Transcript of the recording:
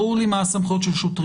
ברור לי מה הסמכות של השוטרים,